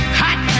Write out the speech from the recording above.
hot